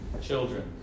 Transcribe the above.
children